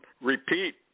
repeat